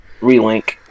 Relink